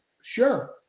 Sure